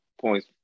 points